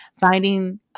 finding